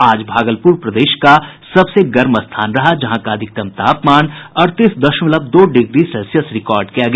आज भागलपुर प्रदेश का सबसे गर्म स्थान रहा जहां का अधिकतम तापमान अड़तीस दशमलव दो डिग्री सेल्सियस रिकार्ड किया गया